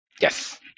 Yes